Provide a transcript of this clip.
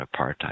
apartheid